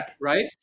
Right